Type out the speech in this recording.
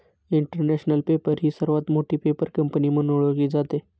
international paper ही सर्वात मोठी पेपर कंपनी म्हणून ओळखली जाते